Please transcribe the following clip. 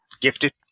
Gifted